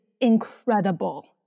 incredible